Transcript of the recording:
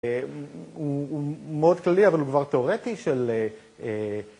הוא מאוד כללי, אבל הוא כבר תאורטי של...